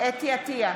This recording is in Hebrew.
חוה אתי עטייה,